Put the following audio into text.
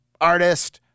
artist